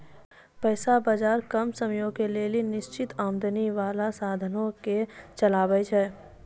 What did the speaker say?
पैसा बजार कम समयो के लेली निश्चित आमदनी बाला साधनो के चलाबै छै